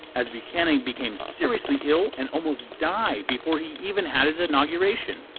as buchanan became seriously ill and almost died before he even had his inauguration!